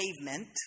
pavement